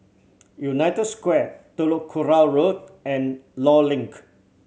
United Square Telok Kurau Road and Law Link